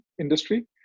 industry